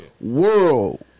world